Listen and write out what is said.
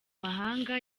mahanga